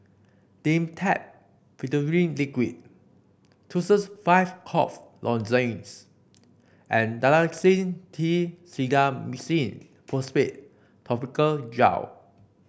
Dimetapp Phenylephrine Liquid Tussils five Cough Lozenges and Dalacin T Clindamycin Phosphate Topical Gel